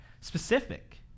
specific